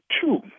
two